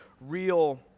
real